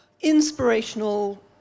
inspirational